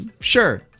Sure